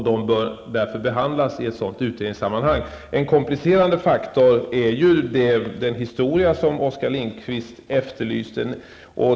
De bör därför behandlas i ett sådant utredningssammanhang. En komplicerande faktor är den historia som Oskar Lindkvist efterlyste.